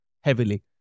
heavily